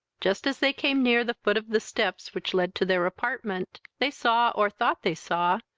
just as they came near the foot of the steps which led to their apartment, they saw, or thought they saw,